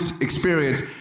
experience